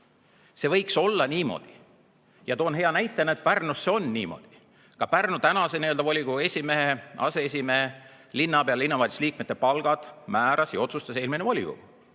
See võiks olla niimoodi. Ja toon hea näitena, et Pärnus see on niimoodi. Pärnu tänase volikogu esimehe, aseesimehe, linnapea ja linnavalitsuse liikmete palgad otsustas eelmine volikogu.